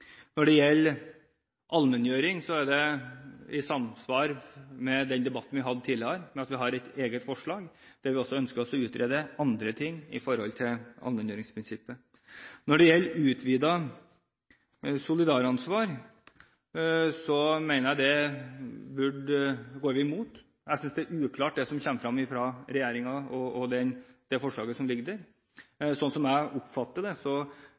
gjelder allmenngjøring, har vi – i samsvar med den debatten vi hadde tidligere – et eget forslag der vi også ønsker å utrede andre ting når det gjelder allmenngjøringsprinsippet. Når det gjelder utvidet solidaransvar, går vi imot. Jeg synes det som kommer fra regjeringen, det forslaget som foreligger, er uklart. Slik som jeg oppfatter det, betyr det nærmest at det er kunden som blir ansvarlig for den ansatte – i større grad enn den som har ansatt. Det